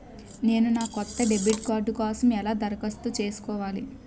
నేను నా కొత్త డెబిట్ కార్డ్ కోసం ఎలా దరఖాస్తు చేసుకోవాలి?